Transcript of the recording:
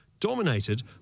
Dominated